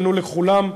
ענו לכולם,